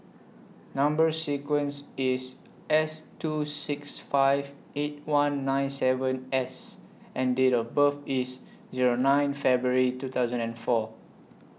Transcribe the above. Number sequence IS S two six five eight one nine seven S and Date of birth IS Zero nine February two thousand and four